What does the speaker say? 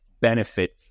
benefit